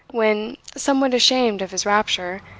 when, somewhat ashamed of his rapture,